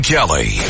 Kelly